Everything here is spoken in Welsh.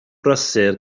brysur